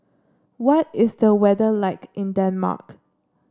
what is the weather like in Denmark